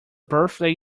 birthday